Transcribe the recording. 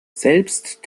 selbst